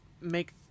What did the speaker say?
make